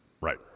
Right